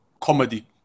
comedy